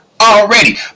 already